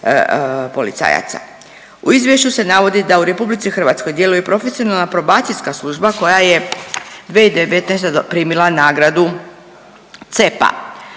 policajaca. U izvješću se navodi da u RH djeluje profesionalna Probacijska služba koja je 2019. primila nagradu CEP-a.